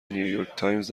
نیویورکتایمز